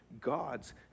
God's